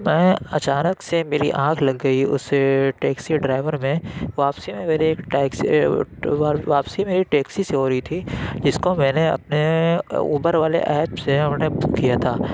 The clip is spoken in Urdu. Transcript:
میں اچانک سے میری آنکھ لگ گئی اس ٹیکسی ڈرائیور نے واپسی میں میری ایک ٹیکسی واپسی میری ٹیکسی سے ہو رہی تھی جس کو میں نے اپنے اوبر والے ایپ سے ہم نے بک کیا تھا